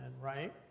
right